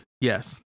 yes